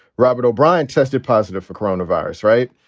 robert o'brien, tested positive for corona virus. right.